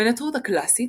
בנצרות הקלאסית,